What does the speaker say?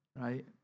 right